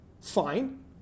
fine